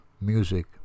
music